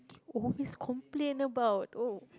always complain about oh